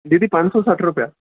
दीदी पंज सौ सठि रुपिया